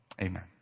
Amen